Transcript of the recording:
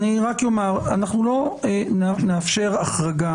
אני רק אומר, אנחנו לא נאפשר להחרגה.